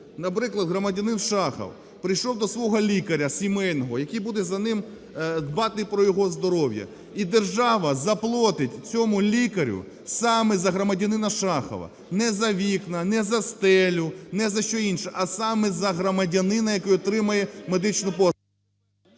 наприклад, громадянин Шахов прийшов до свого лікаря сімейного, який буде за ним дбати про його здоров'я, і держава заплатить цьому лікарю саме за громадянина Шахова, не за вікна, не за стелю, не за що інше, а саме за громадянина, який отримає медичну послугу...